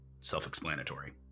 self-explanatory